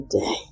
day